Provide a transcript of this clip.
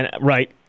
Right